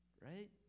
right